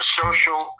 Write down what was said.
social